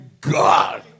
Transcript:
God